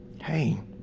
hey